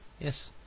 Yes